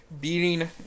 beating